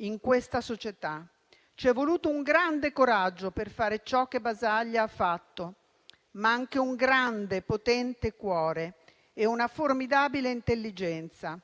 in questa società. C'è voluto un grande coraggio per fare ciò che Basaglia ha fatto, ma ci sono voluti anche un grande, potente cuore e una formidabile intelligenza.